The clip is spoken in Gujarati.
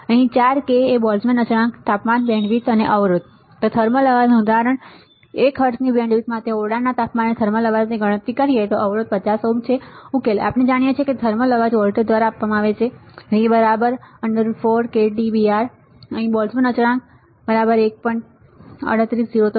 અહીં 4 k બોલ્ટ્ઝમેન અચળાંક તાપમાન બેન્ડવિડ્થ અવરોધ થર્મલ અવાજ ઉદાહરણ 1 હર્ટ્ઝની બેન્ડવિડ્થ માટે ઓરડાના તાપમાને થર્મલ અવાજની ગણતરી કરો અવરોધ 50 Ω ઉકેલ આપણે જાણીએ છીએ કે થર્મલ અવાજ વોલ્ટેજ દ્વારા આપવામાં આવે છે V √4KTBR અહીં k બોલ્ટ્ઝમેન અચળાંક 1